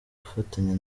gufatanya